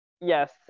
yes